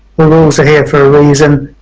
the rules are here for a reason,